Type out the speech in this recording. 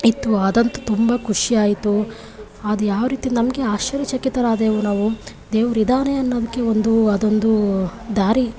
ಇತ್ತು ಅದಂತೂ ತುಂಬ ಖುಷಿಯಾಯಿತು ಅದು ಯಾವ ರೀತಿ ನಮಗೆ ಆಶ್ಚರ್ಯಚಕಿತರಾದೆವು ನಾವು ದೇವ್ರು ಇದ್ದಾನೆ ಅನ್ನೋದಕ್ಕೆ ಒಂದು ಅದೊಂದು ದಾರಿ